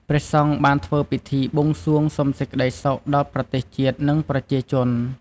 ព្រះសង្ឃបានធ្វើពិធីបួងសួងសុំសេចក្តីសុខដល់ប្រទេសជាតិ និងប្រជាជន។